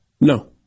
No